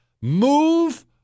Move